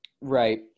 right